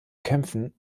kämpfen